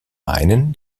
meinen